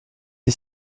est